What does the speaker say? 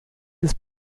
ist